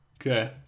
Okay